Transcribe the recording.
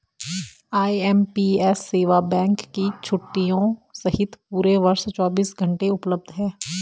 IMPS सेवा bank की छुट्टियों सहित पूरे वर्ष चौबीस घंटे उपलब्ध है